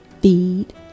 feed